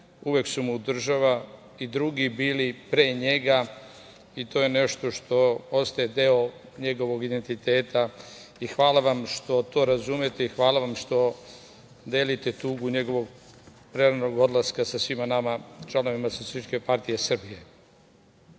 uvek su mu država i drugi bili pre njega i to je nešto što ostaje deo njegovog identiteta. Hvala vam što to razumete. Hvala vam što delite tugu njegovog preranog odlaska sa svima nama, članovima SPS.Sada mi